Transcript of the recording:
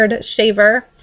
Shaver